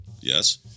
Yes